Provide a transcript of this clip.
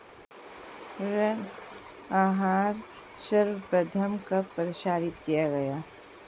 ऋण आहार सर्वप्रथम कब प्रसारित किया गया?